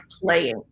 playing